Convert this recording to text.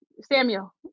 Samuel